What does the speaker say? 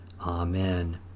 Amen